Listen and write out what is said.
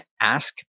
ask